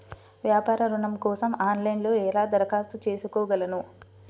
వ్యాపార ఋణం కోసం ఆన్లైన్లో ఎలా దరఖాస్తు చేసుకోగలను?